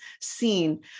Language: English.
seen